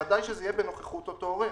ודאי שזה יהיה בנוכחות אותו עורר.